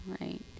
Right